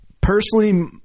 personally